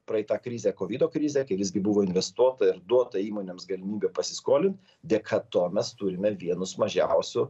praeitą krizę kovido krizę kai visgi buvo investuota ir duota įmonėms galimybė pasiskolint dėka to mes turime vienus mažiausių